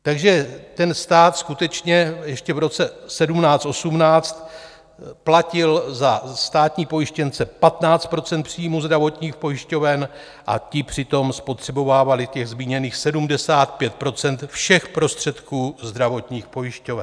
Takže stát skutečně ještě v roce 201718 platil za státní pojištěnce 15 % příjmů zdravotních pojišťoven, a ti přitom spotřebovávali zmíněných 75 % všech prostředků zdravotních pojišťoven.